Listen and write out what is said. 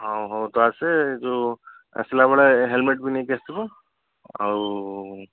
ହଉ ହଉ ତୁ ଆସେ ଯେଉଁ ଆସିଲାବେଳେ ହେଲମେଟ୍ ବି ନେଇକି ଆସିଥିବୁ ଆଉ